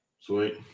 Sweet